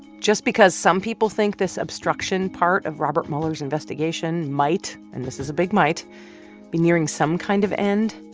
just because some people think this obstruction part of robert mueller's investigation might and this is a big might be nearing some kind of end,